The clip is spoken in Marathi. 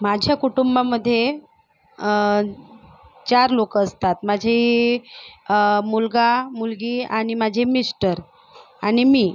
माझ्या कुटुंबामध्ये चार लोकं असतात माझी मुलगा मुलगी आणि माझे मिस्टर आणि मी